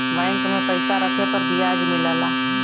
bank में पइसा रखे पर बियाज मिलला